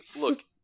look